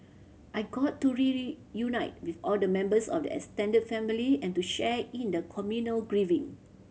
I got to unite with all the members of the extended family and to share in the communal grieving